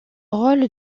rôle